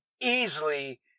easily